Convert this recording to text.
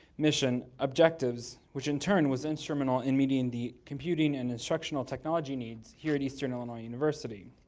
mission, objectives, which in turn was instrumental in meeting the computing and instructional technology needs here at eastern illinois university.